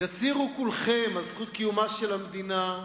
תצהירו כולכם על זכות קיומה של המדינה,